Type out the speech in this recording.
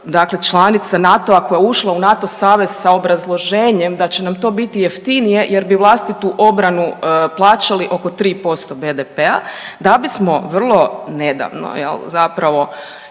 dakle članice NATO-a koje je ušla u NATO savez sa obrazloženjem da će nam to biti jeftinije jer bi vlastitu obranu plaćali oko 3% BDP-a, da bismo vrlo nedavno, je li, zapravo,